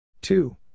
two